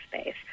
space